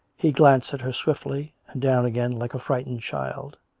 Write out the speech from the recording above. he glanced at her swiftly, and down again, like a frightened child.